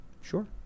sure